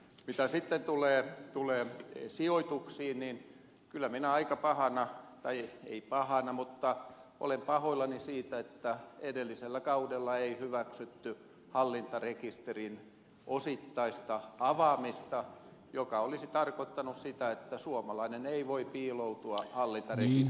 mitä sitten tulee sijoituksiin niin kyllä minä pidän aika pahana tai en pidä pahana mutta olen pahoillani siitä että edellisellä kaudella ei hyväksytty hallintarekisterin osittaista avaamista joka olisi tarkoittanut sitä että suomalainen ei voi piiloutua hallintarekisteriin